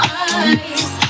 eyes